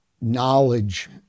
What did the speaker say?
knowledge